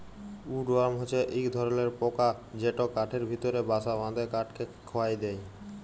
would worm হছে ইক ধরলর পকা যেট কাঠের ভিতরে বাসা বাঁধে কাঠকে খয়ায় দেই